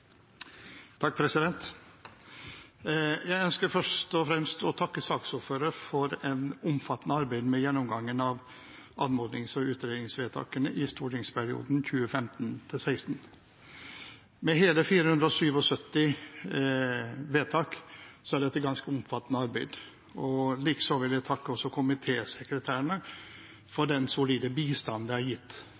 Jeg ønsker først og fremst å takke saksordføreren for et omfattende arbeid med gjennomgangen av anmodnings- og utredningsvedtakene i stortingsperioden 2015–2016. Med hele 477 vedtak er dette ganske omfattende arbeid. Likeså vil jeg takke komitésekretærene for den solide bistanden de har gitt